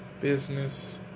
business